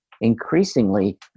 increasingly